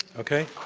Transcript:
okay.